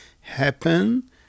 happen